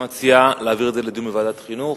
את מציעה להעביר את זה לדיון בוועדת החינוך?